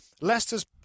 Leicester's